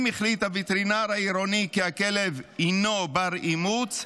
אם החליט הווטרינר העירוני כי הכלב הינו בר-אימוץ,